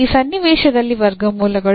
ಈ ಸನ್ನಿವೇಶದಲ್ಲಿ ವರ್ಗಮೂಲಗಳು